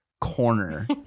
corner